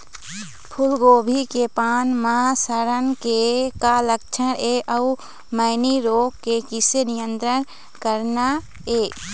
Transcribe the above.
फूलगोभी के पान म सड़न के का लक्षण ये अऊ मैनी रोग के किसे नियंत्रण करना ये?